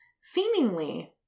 seemingly